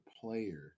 player